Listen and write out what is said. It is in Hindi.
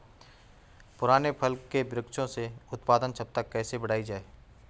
पुराने फल के वृक्षों से उत्पादन क्षमता कैसे बढ़ायी जाए?